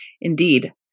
Indeed